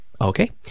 okay